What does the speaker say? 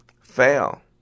fail